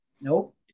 Nope